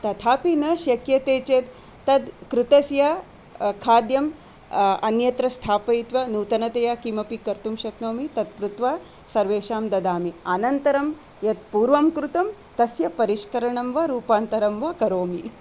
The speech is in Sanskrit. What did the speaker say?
तथापि न शक्यते चेत् तत् कृतस्य खाद्यम् अन्यत्र स्थापयित्त्वा नूतनतया किमपि कर्तुं शक्नोमि तत् कृत्त्वा सर्वेषां ददामि अनन्तरं यत् पूर्वं कृतं तस्य परिष्करणं वा रूपान्तरं वा करोमि